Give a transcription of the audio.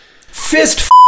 Fist